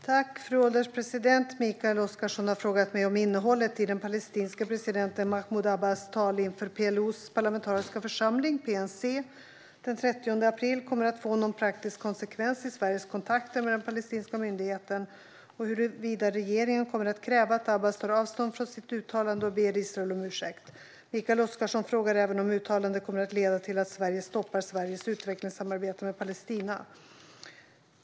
Fru ålderspresident! Mikael Oscarsson har frågat mig om innehållet i den palestinske presidenten Mahmoud Abbas tal inför PLO:s parlamentariska församling PNC den 30 april kommer att få någon praktisk konsekvens i Sveriges kontakter med den palestinska myndigheten samt huruvida regeringen kommer att kräva att Abbas tar avstånd från sitt uttalande och ber Israel om ursäkt. Mikael Oscarsson frågar även om uttalandet kommer att leda till att Sverige stoppar sitt utvecklingssamarbete med Palestina.